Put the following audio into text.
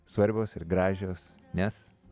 svarbios ir gražios nes